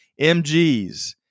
MGs